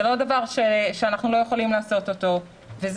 זה לא דבר שאנחנו לא יכולים לעשות אותו וברור